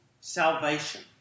salvation